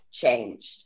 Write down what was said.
changed